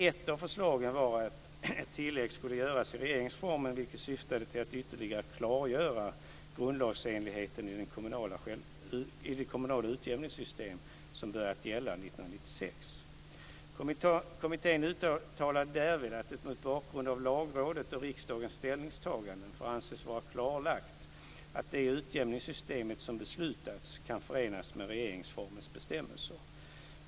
Ett av förslagen var att ett tillägg skulle göras i regeringsformen, vilket syftade till att ytterligare klargöra grundlagsenligheten i det kommunala utjämningssystem som börjat gälla år 1996. Kommittén uttalade därvid att det mot bakgrund av Lagrådets och riksdagens ställningstaganden får anses vara klarlagt att det utjämningssystem som beslutats kan förenas med regeringsformens bestämmelser.